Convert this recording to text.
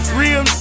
real